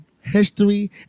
history